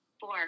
Four